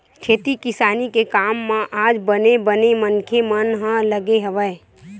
खेती किसानी के काम म आज बने बने मनखे मन ह लगे हवय